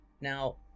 Now